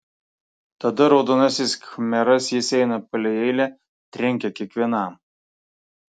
tada raudonasis khmeras jis eina palei eilę trenkia kiekvienam